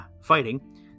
fighting